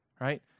Right